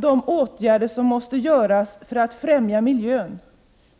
De åtgärder som måste vidtas för att främja miljöintressena